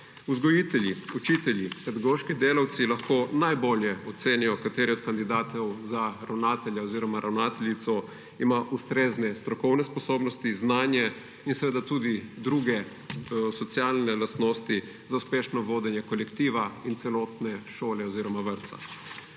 Vzgojitelji, učitelji, pedagoški delavci lahko najbolje ocenijo, kateri od kandidatov za ravnatelja oziroma ravnateljico ima ustrezne strokovne sposobnosti, znanje in tudi druge socialne lastnosti za uspešno vodenje kolektiva in celotne šole oziroma vrtca.